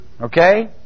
okay